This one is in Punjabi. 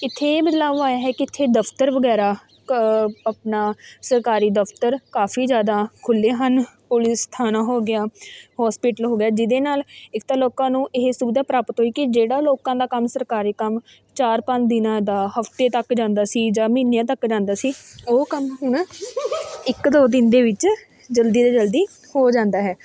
ਇੱਥੇ ਬਦਲਾਵ ਆਇਆ ਹੈ ਕਿ ਇੱਥੇ ਦਫ਼ਤਰ ਵਗੈਰਾ ਕ ਆਪਣਾ ਸਰਕਾਰੀ ਦਫ਼ਤਰ ਕਾਫ਼ੀ ਜ਼ਿਆਦਾ ਖੁੱਲ੍ਹੇ ਹਨ ਪੁਲਿਸ ਥਾਣਾ ਹੋ ਗਿਆ ਹੋਸਪੀਟਲ ਹੋ ਗਿਆ ਜਿਹਦੇ ਨਾਲ਼ ਇੱਕ ਤਾਂ ਲੋਕਾਂ ਨੂੰ ਇਹ ਸੁਵਿਧਾ ਪ੍ਰਾਪਤ ਹੋਈ ਕਿ ਜਿਹੜਾ ਲੋਕਾਂ ਦਾ ਕੰਮ ਸਰਕਾਰੀ ਕੰਮ ਚਾਰ ਪੰਜ ਦਿਨਾਂ ਦਾ ਹਫ਼ਤੇ ਤੱਕ ਜਾਂਦਾ ਸੀ ਜਾਂ ਮਹੀਨਿਆਂ ਤੱਕ ਜਾਂਦਾ ਸੀ ਉਹ ਕੰਮ ਹੁਣ ਇੱਕ ਦੋ ਦਿਨ ਦੇ ਵਿੱਚ ਜਲਦੀ ਤੋਂ ਜਲਦੀ ਹੋ ਜਾਂਦਾ ਹੈ